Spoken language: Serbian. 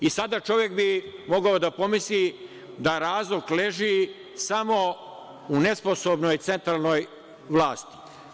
I sada, čovek bi mogao da pomisli da razlog leži samo u nesposobnoj centralnoj vlasti.